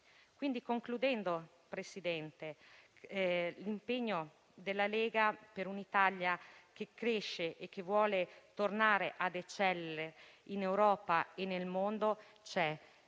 nel sistema. Presidente, l'impegno della Lega per un'Italia che cresce e vuole tornare ad eccellere in Europa e nel mondo c'è.